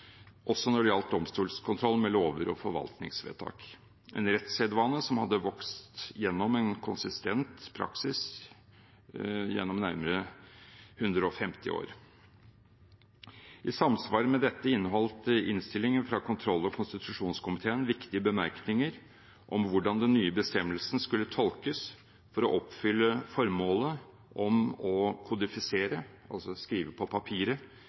også når det gjaldt domstolskontroll med lover og forvaltningsvedtak, en rettssedvane som hadde vokst gjennom en konsistent praksis gjennom nærmere 150 år. I samsvar med dette inneholdt innstillingen fra kontroll- og konstitusjonskomiteen viktige bemerkninger om hvordan den nye bestemmelsen skulle tolkes for å oppfylle formålet om å kodifisere, altså skrive på papiret,